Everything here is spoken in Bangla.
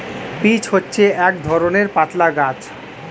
পিচ্ হচ্ছে এক ধরণের পাতলা গাছ